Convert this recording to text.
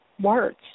Words